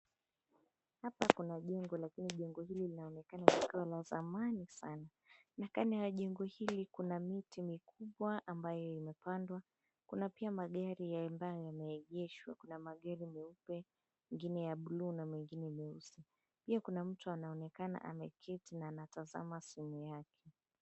Hapa kuna jengo lakini jengo hili linaonekana kuwa la zamani sana. Kando ya jengo hili kuna miti mikubwa ambayo imepandwa. Kuna pia magari ambayo yameegeshwa. Kuna magari meupe, mengine ya buluu na mengine meusi. Pia kuna mtu anaonekana ameketi na anatazama simu yake.